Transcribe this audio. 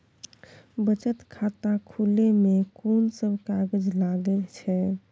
बचत खाता खुले मे कोन सब कागज लागे छै?